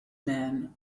man